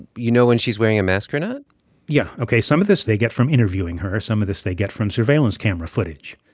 you know when she's wearing a mask or not yeah. ok. some of this, they get from interviewing her. some of this, they get from surveillance camera footage.